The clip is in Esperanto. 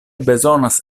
bezonas